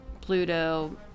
Pluto